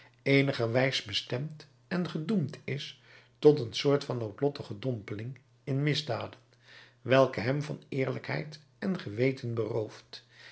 eenigerwijs bestemd en gedoemd is tot een soort van noodlottige dompeling in misdaden welke hem van eerlijkheid en geweten berooft